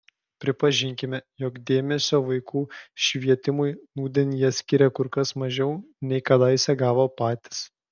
pripažinkime jog dėmesio vaikų švietimui nūdien jie skiria kur kas mažiau nei kadaise gavo patys